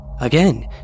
Again